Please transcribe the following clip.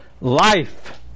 life